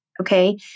Okay